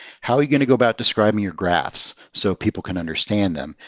how are you going to go about describing your graphs so people can understand them?